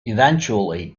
eventually